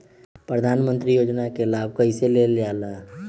प्रधानमंत्री योजना कि लाभ कइसे लेलजाला?